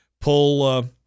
pull –